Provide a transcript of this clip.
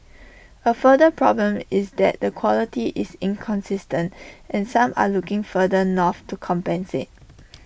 A further problem is that the quality is inconsistent and some are looking further north to compensate